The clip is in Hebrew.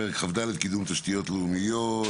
פרק כ"ד (קידום תשתיות לאומיות).